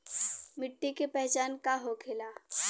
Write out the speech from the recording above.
मिट्टी के पहचान का होखे ला?